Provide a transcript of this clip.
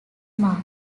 mask